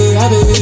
happy